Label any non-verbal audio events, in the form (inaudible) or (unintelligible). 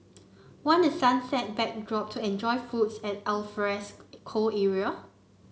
want a sunset backdrop to enjoy foods at alfresco (unintelligible) area